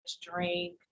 drink